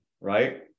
right